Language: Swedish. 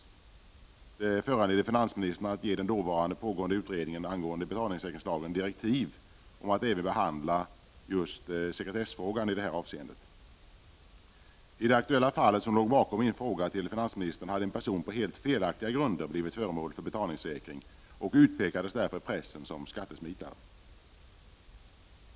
Det föranledde finansministern att ge den dåvarande pågående utredningen angående betalningssäkringslagen direktiv om att även behandla just sekretessfrågan i detta avseende. I det aktuella fall som låg bakom min fråga till finansministern hade en person på helt felaktiga grunder blivit föremål för betalningssäkring och utpekades därför i pressen som skattesmitare.